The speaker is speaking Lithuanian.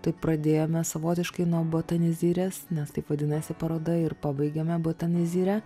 taip pradėjome savotiškai nuo botanizirės nes taip vadinasi paroda ir pabaigiame botanizire